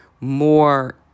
more